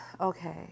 okay